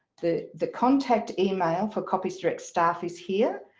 the the contact email for copies direct staff is here,